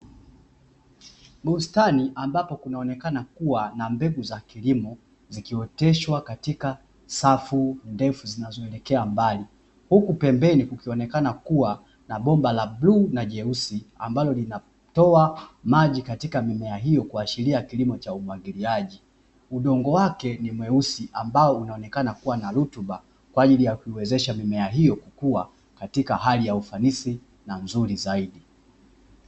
Bustani ambapo kunaonekana kuwa na mbegu za kilimo zikioteshwa katika safu ndefu zinazoelekea mbali ,huku pembeni kukionekana kuwa na bomba la bluu na jeusi ambalo linatoa maji katika mimea hiyo kuashiria kilimo cha umwagiliaji; Udongo wake ni mweusi ambao unaonekana kuwa na rutuba kwa ajili ya kuiwezesha mimea hiyo kukua katika hali ya ufanisi na nzuri zaidi.